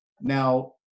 Now